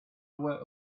were